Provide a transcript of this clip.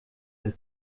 der